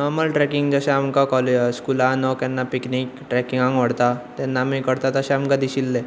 normal trekking जशें आमकां कॉल स्कुलान वा केन्ना पिक्नीक ट्रॅकींगाक व्हरतात तेन्ना आमी करतात तशें आमकां दिशिल्लें